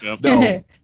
no